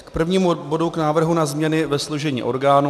K prvnímu bodu, Návrhu na změny ve složení orgánů.